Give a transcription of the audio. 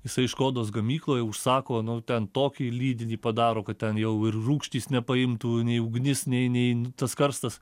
jisai škodos gamykloje užsako nu ten tokį lydinį padaro kad ten jau ir rūgštys nepaimtų nei ugnis nei nei nu tas karstas